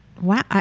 Wow